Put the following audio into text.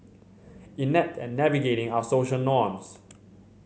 inept at navigating our social norms